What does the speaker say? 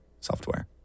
software